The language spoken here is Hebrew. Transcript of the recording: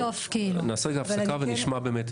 נעשה רגע הפסקה ונשמע רגע את